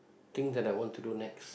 thing that I want to do next